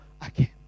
again